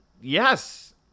yes